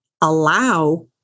allow